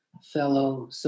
fellow